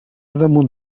damunt